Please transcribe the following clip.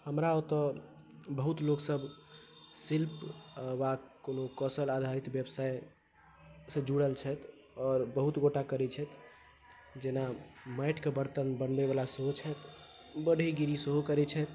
हमरा ओतय बहुत लोकसभ शिल्प वा कोनो कौशल आधारित व्यवसायसँ जुड़ल छथि आओर बहुत गोटा करैत छथि जेना माटिके बर्तन बनबयवला सेहो छथि बढ़इगिरी सेहो करैत छथि